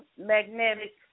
magnetic